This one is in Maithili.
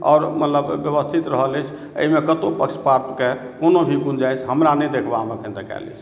आओर मतलब व्यवस्थित रहल अछि एहिमे कतौ पक्षपातक कोनो भी गुंजाइश हमरा नहि देखबामे अखन तक आयल अछि